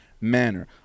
manner